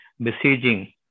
besieging